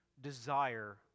desire